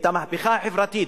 ובמהפכה החברתית,